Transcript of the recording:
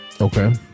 Okay